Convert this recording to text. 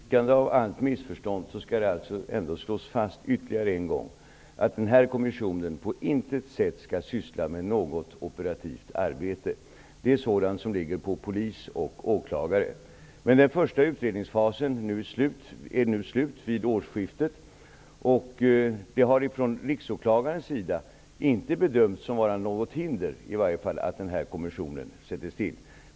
Fru talman! För undvikande av alla missförstånd, skall det ändå slås fast ytterligare en gång att kommissionen på intet sätt skall syssla med något operativt arbete. Det är sådant som åligger polis och åklagare. Den första utredningsfasen är slut vid årsskiftet, och Riksåklagaren har inte bedömt det som något hinder att kommissionen tillsätts.